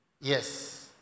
Yes